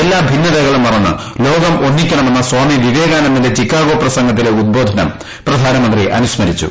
എല്ലാ ഭിന്നതകളും മറന്ന് ലോകം ഒന്നിക്കണമെന്ന സ്ട്രാമി വിവേകാനന്ദന്റെ ചിക്കാഗോ പ്രസംഗത്തിലെ ഉദ്ബോധനം പ്രധാർന്റുമന്ത്രി അനുസ്മരിച്ചു